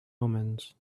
omens